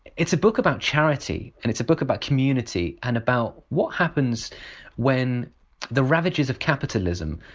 it's a book about charity and it's a book about community and about what happens when the ravages of capitalism